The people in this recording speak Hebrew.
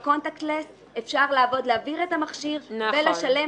בקונטקט לס אפשר להעביר את המכשיר ולשלם